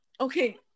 Okay